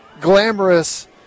glamorous